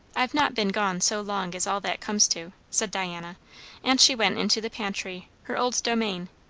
i've not been gone so long as all that comes to, said diana and she went into the pantry, her old domain.